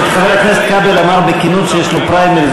פשוט חבר הכנסת כבל אמר בכנות שיש לו פריימריז,